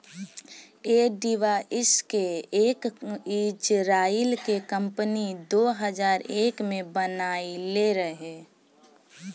ऐ डिवाइस के एक इजराइल के कम्पनी दो हजार एक में बनाइले रहे